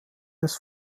des